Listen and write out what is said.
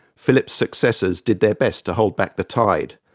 philip's successors did their best to hold back the tide,